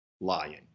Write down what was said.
lying